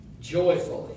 joyfully